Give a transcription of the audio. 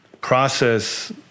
process